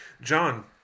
John